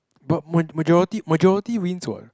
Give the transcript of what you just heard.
but ma~ majority majority wins what